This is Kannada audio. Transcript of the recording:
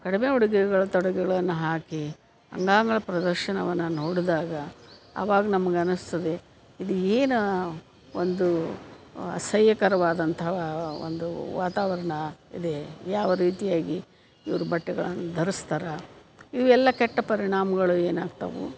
ಕಡಿಮೆ ಉಡುಗೆಗಳು ತೊಡುಗೆಗಳನ್ನ ಹಾಕಿ ಅಂಗಾಂಗ ಪ್ರದರ್ಶನವನ್ನ ನೋಡಿದಾಗ ಆವಾಗ ನಮ್ಗೆ ಅನ್ನಿಸ್ತದೆ ಇದು ಏನು ಒಂದು ಅಸಹ್ಯಕರವಾದಂತಹ ಒಂದು ವಾತಾವರಣ ಇದೆ ಯಾವ ರೀತಿಯಾಗಿ ಇವ್ರ ಬಟ್ಟೆಗಳನ್ನ ಧರಿಸ್ತಾರೆ ಇವೆಲ್ಲ ಕೆಟ್ಟ ಪರಿಣಾಮಗಳು ಏನಾಗ್ತವೆ